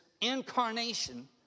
Incarnation